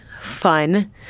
fun